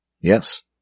Yes